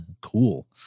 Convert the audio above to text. cool